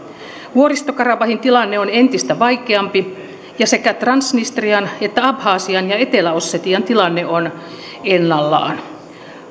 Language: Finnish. vuoristo karabahin tilanne on entistä vaikeampi ja sekä transnistrian että abhasian ja etelä ossetian tilanne on ennallaan